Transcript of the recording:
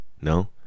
No